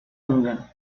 mundial